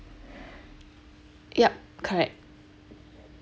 ya correct